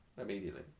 immediately